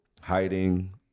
hiding